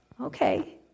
Okay